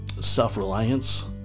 self-reliance